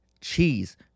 Cheese